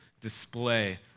display